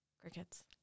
crickets